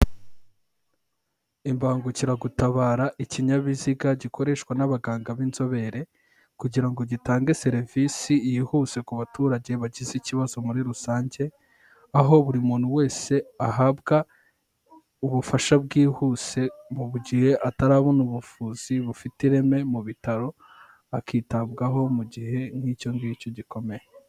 Imbangukiragutabara ikinyabiziga gikoreshwa n'abaganga b'inzobere kugirango gitange serivisi yihuse ku baturage bagize ikibazo muri rusange, aho buri muntu wese ahabwa ubufasha bwihuse mu gihe atarabona ubuvuzi bufite ireme mu bitaro, akitabwaho mu gihe nk'icyo ngicyo gikomeye.